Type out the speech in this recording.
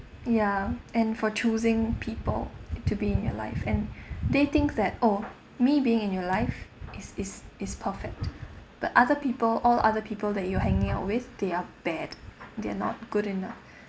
ya and for choosing people to be in your life and they think that oh me being in your life it's it's it's perfect but other people all other people that you're hanging out with they are bad they're not good enough